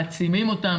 מעצימים אותם,